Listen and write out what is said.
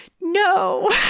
no